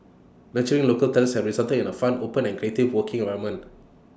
nurturing local talents has resulted in A fun open and creative working environment